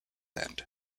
end